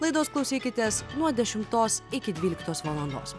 laidos klausykitės nuo dešimtos iki dvyliktos valandos